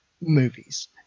movies